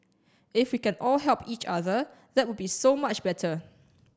if we can all help each other that would be so much better